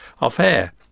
off-air